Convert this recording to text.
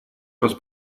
раз